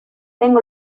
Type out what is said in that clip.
tengo